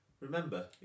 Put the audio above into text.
Remember